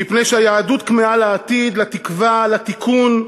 מפני שהיהדות כמהה לעתיד, לתקווה, לתיקון,